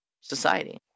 society